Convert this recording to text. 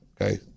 okay